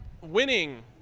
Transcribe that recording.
winning